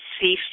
see